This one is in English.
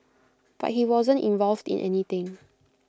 but he wasn't involved in anything